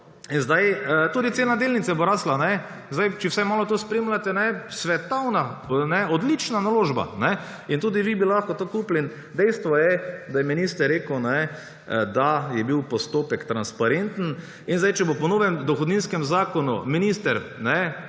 rastel. Tudi cena delnice bo rastla, a ne. Če vsaj malo to spremljate, svetovna, odlična naložba in tudi vi bi lahko to kupili. Dejstvo je, da je minister rekel, da je bil postopek transparenten. In če bo po novem dohodninskem zakonu minister te